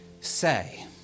say